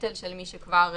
נמצא בתקנות.